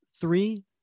three